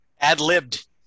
Ad-libbed